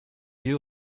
you